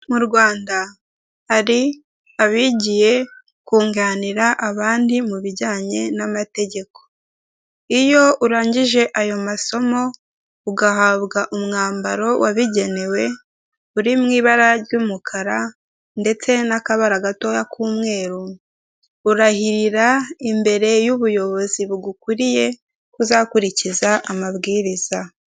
Mu Rwanda hari abigiye kunganira abandi mu bijyanye n'amategeko. Iyo urangije ayo masomo ugahabwa umwambaro wabigenewe uri mu ibara ry'umukara ndetse n'akabara gatoya k'umweru, urahirira imbere y'ubuyobozi bugukuriye ko uzakurikiza amabwiriza.